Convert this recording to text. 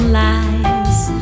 lies